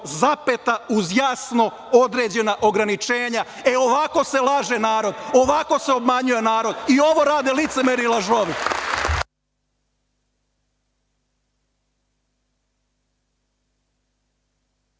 Kosovo, uz jasno određena ograničenja. Ovako se laže narod, ovako se obmanjuje narod, i ovo rade licemeri i lažovi.